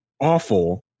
awful